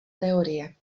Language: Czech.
teorie